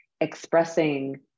expressing